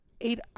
eight